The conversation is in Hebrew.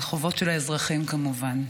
על חובות של האזרחים כמובן.